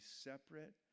separate